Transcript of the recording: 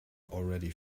already